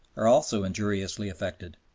are also injuriously affected.